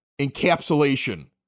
encapsulation